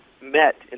met